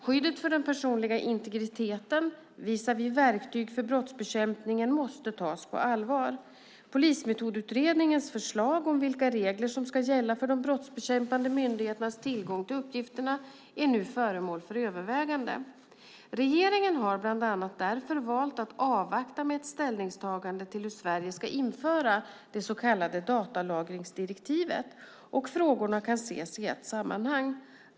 Skyddet för den personliga integriteten visavi verktyg för brottsbekämpningen måste tas på allvar. Polismetodutredningens förslag om vilka regler som ska gälla för de brottsbekämpande myndigheternas tillgång till uppgifterna är nu föremål för övervägande. Regeringen har bland annat därför valt att avvakta med ett ställningstagande till hur Sverige ska införa det så kallade datalagringsdirektivet, och frågorna kan ses i ett sammanhang.